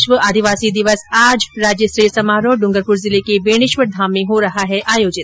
विश्व आदिवासी दिवस आज राज्यस्तरीय समारोह डूंगरपुर जिले के बेणेश्वर धाम में हो रहा है आयोजित